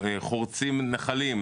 חורצים נחלים,